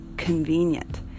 convenient